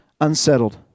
unsettled